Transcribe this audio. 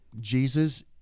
jesus